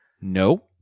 No